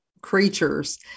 creatures